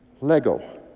Lego